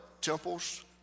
temples